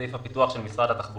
סעיף הפיתוח של משרד התחבורה,